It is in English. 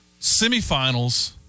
Semifinals